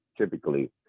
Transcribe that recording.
Typically